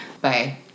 Bye